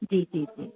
जी जी जी